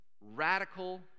Radical